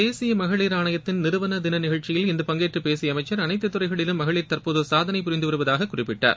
தேசிய மகளிர் ஆணையத்தின் நிறுவன தின நிகழ்ச்சியில் இன்று பங்கேற்று பேசிய அமைச்சர் அனைத்து துறைகளிலும் மகளிர் தற்போது சாதனை புரிந்து வருவதாக குறிப்பிட்டார்